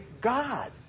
God